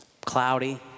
cloudy